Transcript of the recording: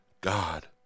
God